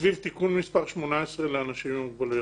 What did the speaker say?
סביב תיקון מס' 18 לאנשים עם מוגבלויות.